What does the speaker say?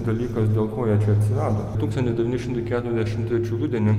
dalykas dėl ko jie čia atsirado tūkstantis devyni šimtai keturiasdešimt trečių rudenį